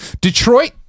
Detroit